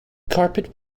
carpet